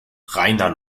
reiner